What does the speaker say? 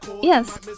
Yes